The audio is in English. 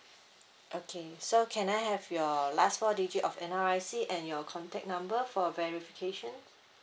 okay sir can I have your last four digit of N_R_I_C and your contact number for verification